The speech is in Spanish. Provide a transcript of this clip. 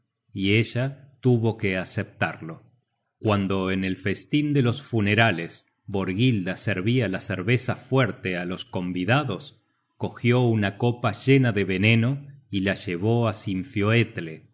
y ella tuvo que aceptarlo cuando el festin de los funerales borghilda servia la cerveza fuerte á los convidados cogió una copa llena de veneno y la llevó á sin fioetle pero